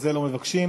על זה לא מבקשים.